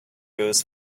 goes